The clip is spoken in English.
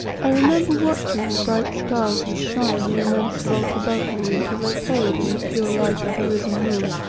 i remember watching the bright stars which shone in the immense vault above me until they paled in the pure light of the risen moon,